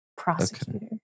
Prosecutor